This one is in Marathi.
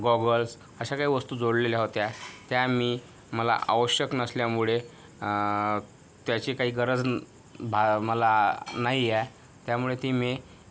गॉगल्स अशा काही वस्तु जोडलेल्या होत्या त्या मी मला आवश्यक नसल्यामुळे त्याची काही गरज भा मला नाही आहे त्यामुळे ती मी